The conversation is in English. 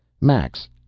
Max